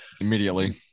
immediately